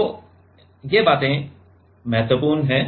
तो ये बातें महत्वपूर्ण हैं